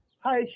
Hi